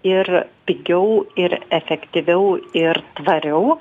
ir pigiau ir efektyviau ir tvariau